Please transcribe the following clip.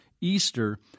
Easter